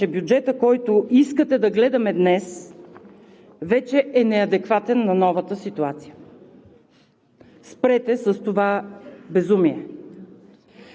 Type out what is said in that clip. С тези аргументи искам да кажа, че бюджетът, който искате да гледаме днес, вече е неадекватен на новата ситуация!